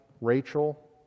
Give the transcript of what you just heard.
Rachel